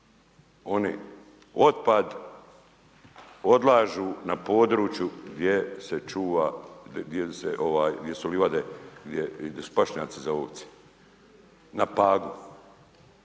Oni otpad odlažu na području gdje se čuva, gdje su livade, gdje su pašnjaci za ovce. Na Pagu.